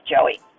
Joey